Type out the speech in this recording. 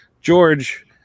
George